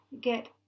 get